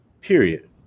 Period